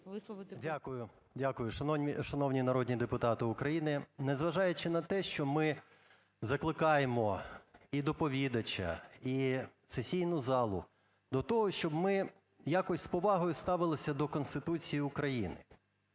Дякую. Шановні народні депутати України, незважаючи на те, що ми закликаємо і доповідача, і сесійну залу до того, щоб ми якось з повагою ставилися до Конституції України.